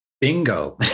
Bingo